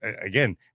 again